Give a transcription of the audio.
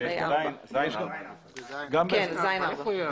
יש מושגי שסתום ואנחנו מכירים אותם במשפט